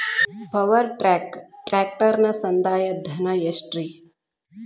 Power track ಟ್ರ್ಯಾಕ್ಟರನ ಸಂದಾಯ ಧನ ಎಷ್ಟ್ ರಿ?